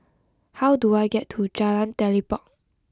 how do I get to Jalan Telipok